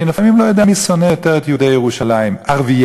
אני לפעמים לא יודע מי שונא יותר את יהודי ירושלים: ערביי